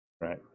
Right